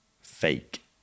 fake